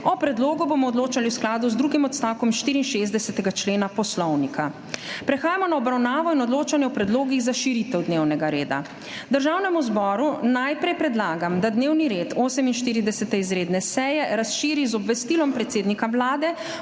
O predlogu bomo odločali v skladu z drugim odstavkom 64. člena Poslovnika. Prehajamo na obravnavo in odločanje o predlogih za širitev dnevnega reda. Državnemu zboru najprej predlagam, da dnevni red 48. izredne seje razširi z Obvestilom predsednika Vlade